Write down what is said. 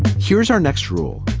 here's our next rule.